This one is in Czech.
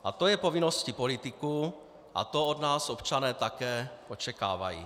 A to je povinností politiků a to od nás občané také očekávají.